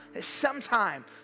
sometime